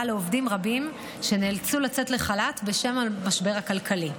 לעובדים רבים שנאלצו לצאת לחל"ת בשל המשבר הכלכלי.